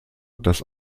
das